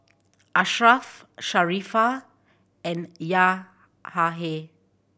Ashraff Sharifah and